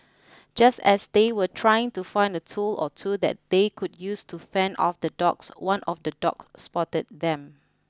just as they were trying to find a tool or two that they could use to fend off the dogs one of the dogs spotted them